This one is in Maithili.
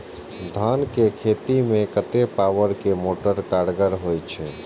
धान के खेती में कतेक पावर के मोटर कारगर होई छै?